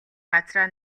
газраа